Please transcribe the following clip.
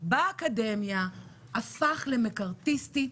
ומעבר לאופורטוניזם.